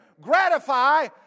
gratify